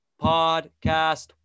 podcast